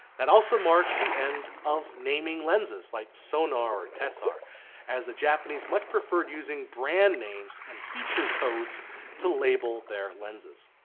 that also marks the end of naming lenses like so sonnar or tessar as the japanese much prefered using brand names and feature codes to label their lenses.